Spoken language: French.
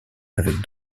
avec